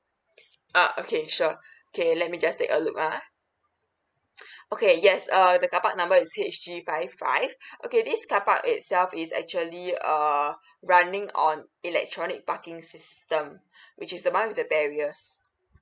ah okay sure okay let me just take a look ah okay yes err the car park number is H G five five okay this car park itself is actually err running on electronic parking system which is the one with the barriers